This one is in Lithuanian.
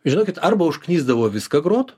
žinokit arba užknisdavo viską groti